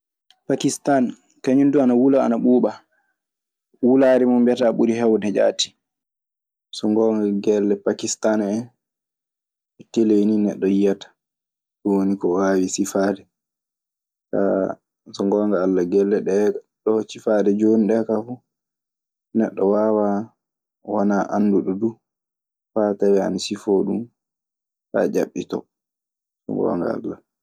Pakkistan kaŋum dun ana wula ana ɓuba, wulare mun biata ɓuri hewede jati. So ngoonga gelle Pakistaan en, e teleenii neɗɗo yiyata. Ɗun woni ko waawi sifaade. Kaa, so ngoonga Alla gelle ɗee ɗoo cifaade jooni ɗee kaa fuu, neɗɗo waawaa, wonaa annduɗo duu faa tawee ana sifoo ɗun faa ƴaɓɓitoo, So ngoonga Alla.